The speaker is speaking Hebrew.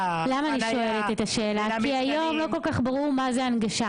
למה אני שואלת את השאלה כי היום לא כל כך ברור מה זאת הנגשה.